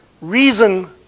Reason